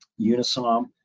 Unisom